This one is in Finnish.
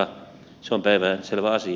se on päivänselvä asia